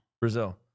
Brazil